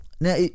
Now